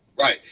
Right